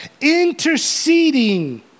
interceding